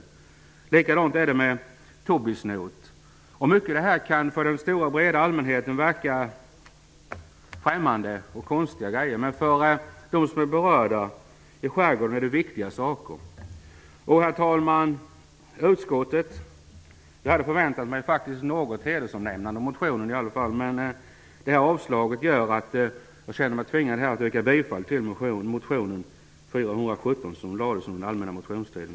Det är likadant med tobisnot. Mycket av detta kan verka främmande för den stora breda allmänheten. Men för de som är berörda i skärgården är det viktiga saker. Herr talman! Jag hade faktiskt förväntat mig ett hedersomnämnande av motionen, men det här avslaget gör att jag känner mig tvingad att yrka bifall till motion 417 som väcktes under den allmänna motionstiden.